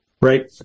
right